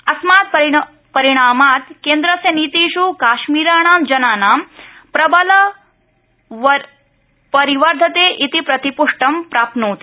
अस्मात् परिणामात् केन्द्रस्य नीतिष् काश्मीराणां जनानां प्रबल विश्वास वरिवर्धते इति प्रतिप्ष्टिं प्राप्नोति